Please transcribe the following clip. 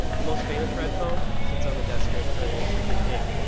the most famous red phone sits on the desk of president xi jinping.